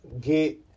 get